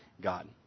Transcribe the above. God